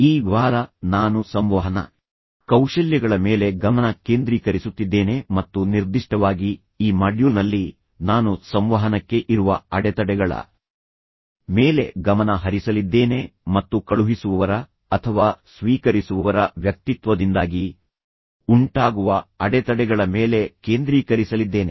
ಈ ವಾರ ನಾನು ಸಂವಹನ ಕೌಶಲ್ಯಗಳ ಮೇಲೆ ಗಮನ ಕೇಂದ್ರೀಕರಿಸುತ್ತಿದ್ದೇನೆ ಮತ್ತು ನಿರ್ದಿಷ್ಟವಾಗಿ ಈ ಮಾಡ್ಯೂಲ್ನಲ್ಲಿ ನಾನು ಸಂವಹನಕ್ಕೆ ಇರುವ ಅಡೆತಡೆಗಳ ಮೇಲೆ ಗಮನ ಹರಿಸಲಿದ್ದೇನೆ ಮತ್ತು ಕಳುಹಿಸುವವರ ಅಥವಾ ಸ್ವೀಕರಿಸುವವರ ವ್ಯಕ್ತಿತ್ವದಿಂದಾಗಿ ಉಂಟಾಗುವ ಅಡೆತಡೆಗಳ ಮೇಲೆ ಕೇಂದ್ರೀಕರಿಸಲಿದ್ದೇನೆ